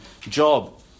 job